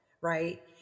right